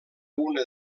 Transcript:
una